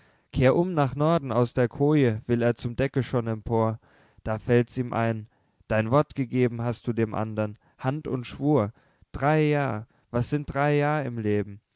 kehr um nach norden aus der koje will er zum decke schon empor da fällt's ihm ein dein wort gegeben hast du dem andern hand und schwur drei jahr was sind drei jahr im leben